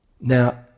Now